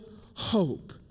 hope